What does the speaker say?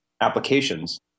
applications